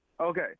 Okay